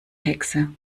hexe